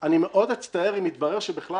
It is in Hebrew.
אני מאוד אצטער אם יתברר שבכלל,